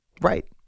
Right